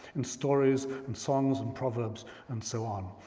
in stories and songs and proverbs and so on.